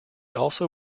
also